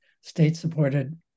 state-supported